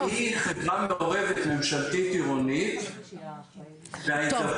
והיא חברה מעורבת ממשלתית עירונית וההידברות